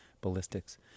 Ballistics